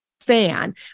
fan